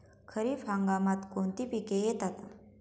खरीप हंगामात कोणती पिके येतात?